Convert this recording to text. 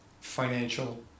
financial